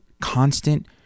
constant